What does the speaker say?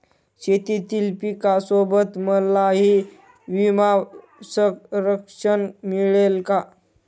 शेतीतील पिकासोबत मलाही विमा संरक्षण मिळेल का?